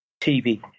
TV